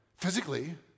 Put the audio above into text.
Physically